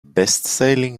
bestselling